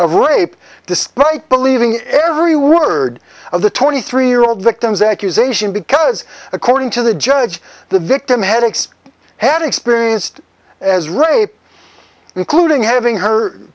of rape despite believing every word of the twenty three year old victim's accusation because according to the judge the victim headaches had experienced as rape including having her